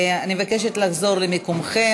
אני מבקשת לחזור למקומכם,